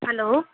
hello